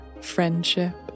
friendship